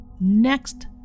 next